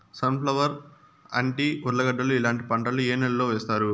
Sun flower, అంటి, ఉర్లగడ్డలు ఇలాంటి పంటలు ఏ నెలలో వేస్తారు?